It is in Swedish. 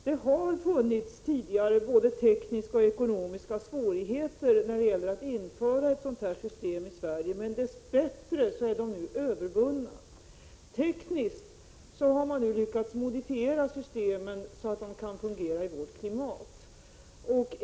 Det har tidigare funnits både tekniska och ekonomiska svårigheter när det gäller att införa ett sådant här system i Sverige, men dess bättre är de nu övervunna. Tekniskt har man nu lyckats modifiera systemen så att de kan fungera i vårt klimat.